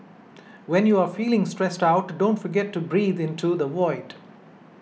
when you are feeling stressed out don't forget to breathe into the void